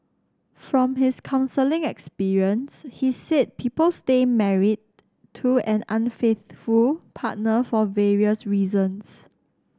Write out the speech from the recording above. from his counselling experience he said people stay married to an unfaithful partner for various reasons